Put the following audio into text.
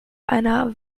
einer